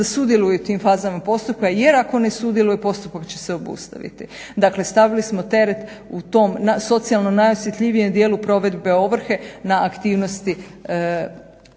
da sudjeluje u tim fazama postupka jer ako ne sudjeluje postupak će se obustaviti. Dakle stavili smo teret u tom socijalno najosjetljivijem dijelu provedbe ovrhe na aktivnosti